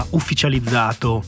ufficializzato